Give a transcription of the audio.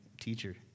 teacher